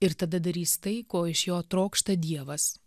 ir tada darys tai ko iš jo trokšta dievas